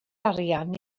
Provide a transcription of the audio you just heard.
arian